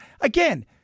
again